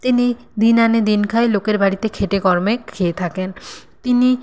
তিনি দিন আনি দিন খাই লোকের বাড়িতে খেটে কর্মে খেয়ে থাকেন তিনি